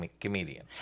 comedian